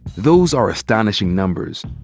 those are astonishing numbers.